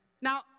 Now